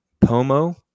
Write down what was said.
Pomo